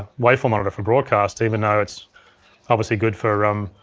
waveform monitor for broadcast even though it's obviously good for um